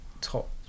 top